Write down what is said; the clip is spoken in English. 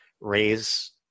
raise